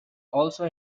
also